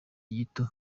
gito